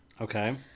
Okay